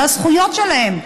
אלה הזכויות שלהם,